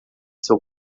seu